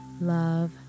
love